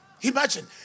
Imagine